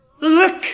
Look